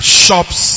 shops